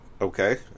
Okay